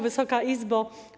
Wysoka Izbo!